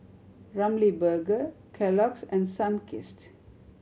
Ramly Burger Kellogg's and Sunkist